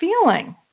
feeling